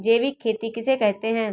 जैविक खेती किसे कहते हैं?